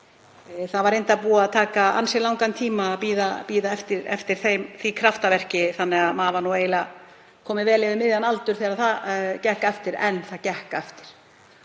Það var reyndar búið að taka ansi langan tíma að bíða eftir því kraftaverki þannig að maður var kominn vel yfir miðjan aldur þegar það gekk eftir, en það gekk eftir.